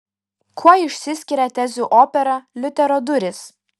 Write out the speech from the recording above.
kuo išsiskiria tezių opera liuterio durys